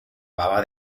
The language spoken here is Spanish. baba